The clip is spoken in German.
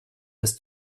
ist